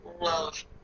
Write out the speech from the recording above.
love